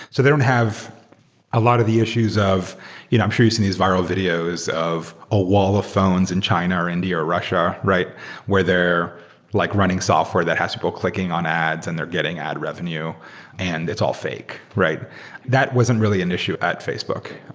so they don't have a lot of the issues of you know i'm sure you've seen these viral videos of a wall of phones in china or india or russia where they're like running software that has people clicking on ads and they're getting ad revenue and it's all fake. that wasn't really an issue at facebook.